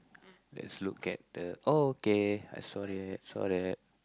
let's look at the okay I saw that I saw that